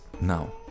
now